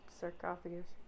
sarcophagus